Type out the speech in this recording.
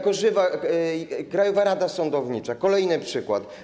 Krajowa Rada Sądownicza, kolejny przykład.